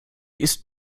ist